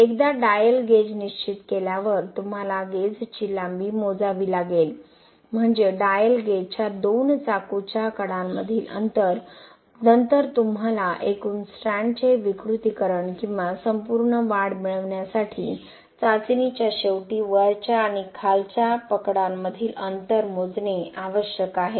एकदा dial gauge निश्चित केल्यावर तुम्हाला गेजची लांबी मोजावी लागेल म्हणजे डायल गेजच्या दोन चाकूच्या कडांमधील अंतर नंतर तुम्हाला एकूण स्ट्रँडचे विकृतीकरण किंवा संपूर्ण वाढ मिळवण्यासाठी चाचणीच्या शेवटी वरच्या आणि खालच्या पकडांमधील अंतर मोजणे आवश्यक आहे